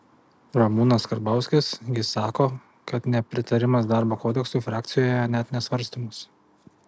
ramūnas karbauskis gi sako kad nepritarimas darbo kodeksui frakcijoje net nesvarstomas